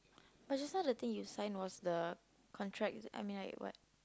just now the thing you signed was the contract mean like what